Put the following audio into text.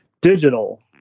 digital